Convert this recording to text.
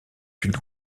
une